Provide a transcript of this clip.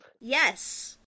Yes